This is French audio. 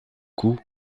cou